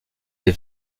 des